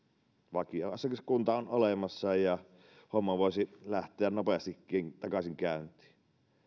vakioasiakaskunta on olemassa ja homma voisi lähteä nopeastikin takaisin käyntiin